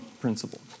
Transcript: principle